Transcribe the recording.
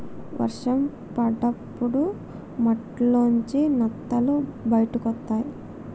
వర్షం పడ్డప్పుడు మట్టిలోంచి నత్తలు బయటకొస్తయ్